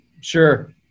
sure